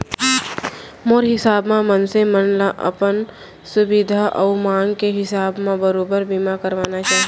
मोर हिसाब म मनसे मन ल अपन सुभीता अउ मांग के हिसाब म बरोबर बीमा करवाना चाही